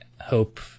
hope